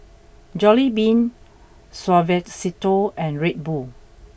Jollibean Suavecito and Red Bull